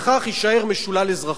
וכך הוא יישאר משולל אזרחות.